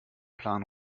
plan